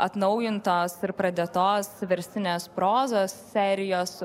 atnaujintos ir pradėtos verstinės prozos serijos